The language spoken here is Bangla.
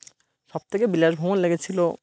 সব থেকে বিলাসবহুল লেগেছিলো